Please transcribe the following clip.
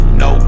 no